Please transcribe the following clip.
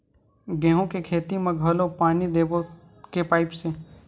गेहूं के खेती म घोला पानी देबो के पाइप से?